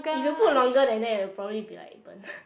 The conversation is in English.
if you put longer than that will probably be like burnt